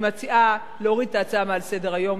אני מציעה להוריד את ההצעה מעל סדר-היום.